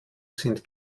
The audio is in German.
sind